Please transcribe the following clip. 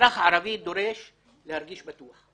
האזרח הערבי דורש להרגיש בטוח.